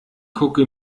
gucke